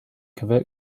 covert